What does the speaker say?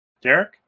Derek